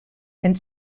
and